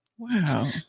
Wow